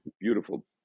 beautiful